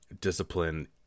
discipline